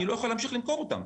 אני לא יכול להמשיך למכור אותם.